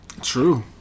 True